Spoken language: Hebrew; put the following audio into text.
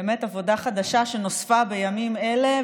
זו באמת עבודה חדשה שנוספה בימים אלה,